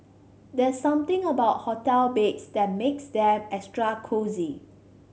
there's something about hotel beds that makes them extra cosy